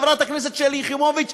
חברת הכנסת שלי יחימוביץ,